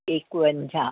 एकवंजाह